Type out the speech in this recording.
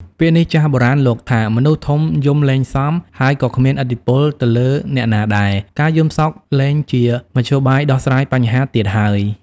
ពាក្យនេះចាស់បុរាណលោកថា មនុស្សធំយំលែងសម ហើយក៏គ្មានឥទ្ធិពលទៅលើអ្នកណាដែរ ការយំសោកលែងជាមធ្យោបាយដោះស្រាយបញ្ហាទៀតហើយ។